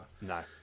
No